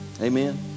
Amen